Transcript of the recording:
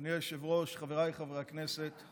אדוני היושב-ראש, חבריי חברי הכנסת,